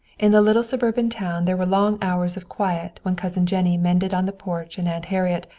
in the little suburban town there were long hours of quiet when cousin jennie mended on the porch and aunt harriet,